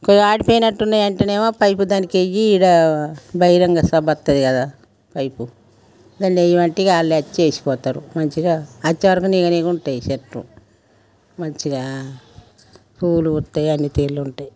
కొ ఆరిపోయినట్టు ఉన్నాయంటేనేమో పైపు దానికెయ్యి ఇక్కడ బహిరంగ సబొత్తాది గదా పైపు దాంట్లో ఏయమంటే ఇగ అలొచ్చి ఏసిపోతారు మంచిగా అచ్చేవరకు నిగనిగుంటాయ్ చెట్లు మంచిగా పూలు పూస్తాయి అన్ని తీగలుంటాయి